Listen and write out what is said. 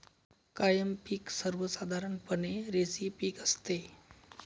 कायम पिक सर्वसाधारणपणे रेषीय पिक असते